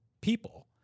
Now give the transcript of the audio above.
people